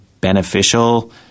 beneficial